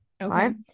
okay